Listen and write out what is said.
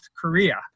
Korea